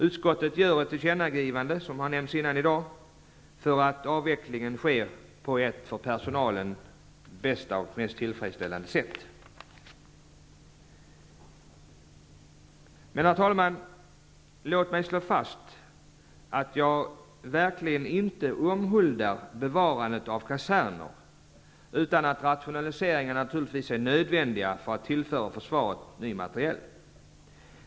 Utskottet gör ett tillkännagivande, vilket redan har nämnts i dag, om att avvecklingen skall ske på det för personalen bästa och mest tillfredsställande sättet. Herr talman! Låt mig slå fast att jag verkligen inte omhuldar bevarandet av kaserner. Rationaliseringar är naturligtvis nödvändiga för att tillföra försvaret ny materiel.